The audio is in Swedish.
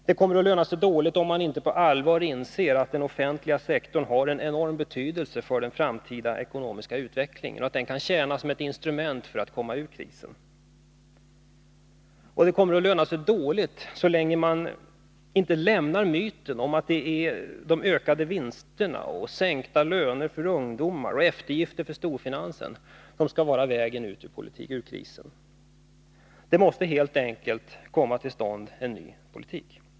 Det kommer att löna sig dåligt, om man inte på allvar inser att den offentliga sektorn har en enorm betydelse för den framtida ekonomiska utvecklingen och kan tjäna som ett instrument för att komma ur krisen. Det kommer också att gå dåligt för Sverige så länge man inte lämnar myten om att ökade vinster för bolagen, sänkta löner för ungdomar och andra eftergifter tillstorfinansen är en väg ut ur krisen. Det måste helt enkelt komma till stånd en helt ny politik.